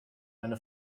eine